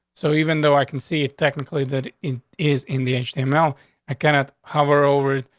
so even though i can see it technically that it is in the html, i cannot hover over,